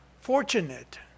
fortunate